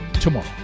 tomorrow